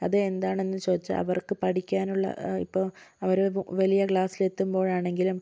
അത് എന്താണന്ന് ചോദിച്ചാൽ അവർക്ക് പഠിക്കാനുള്ള ഇപ്പം അവർ വലിയ ക്ലാസിൽ എത്തുമ്പോഴാണെങ്കിലും